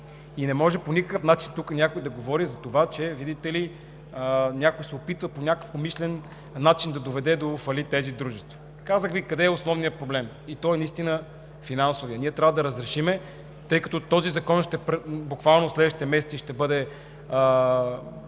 Не може по никакъв начин тук някой да говори за това, че, видите ли, някой се опитва по някакъв умишлен начин да доведе до фалит тези дружества. Казах Ви къде е основният проблем – финансовият. Ние трябва да го разрешим, тъй като този закон буквално в следващите месеци ще бъде –